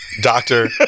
doctor